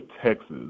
Texas